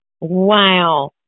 Wow